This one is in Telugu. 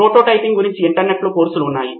ప్రోటోటైపింగ్ గురించి ఇంటర్నెట్లో కోర్సులు ఉన్నాయి